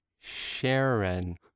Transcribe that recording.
Sharon